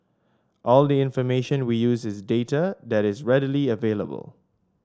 all the information we use is data that is readily available